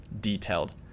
detailed